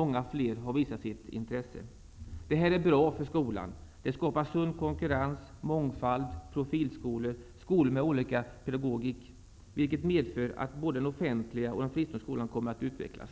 Många fler har visat sitt intresse. Det här är bra för skolan. Det skapar en sund konkurrens, mångfald, profilskolor, skolor med olika pedagogik, vilket medför att både den offentliga och den fristående skolan kommer att utvecklas.